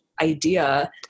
idea